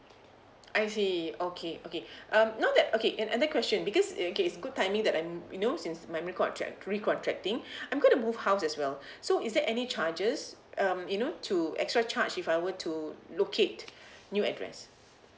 I see okay okay um now that okay and and then question because uh in case good timing that I'm you know since mine recontract recontracting I'm going to move house as well so is there any charges um you know to extra charge if I were to locate new address